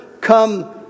come